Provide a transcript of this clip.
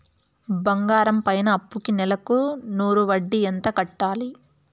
బంగారం పైన అప్పుకి నెలకు నూరు వడ్డీ ఎంత కట్టాలి?